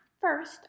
First